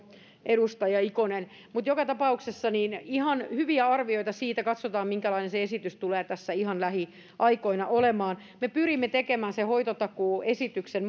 edustaja ikonen mutta kyllä tässä on joka tapauksessa ihan hyviä arvioita siitä katsotaan minkälainen se esitys tulee tässä ihan lähiaikoina olemaan me pyrimme tekemään sen hoitotakuuesityksen